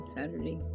Saturday